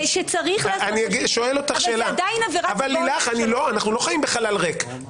לילך, אנחנו לא חיים בחלל ריק.